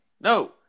No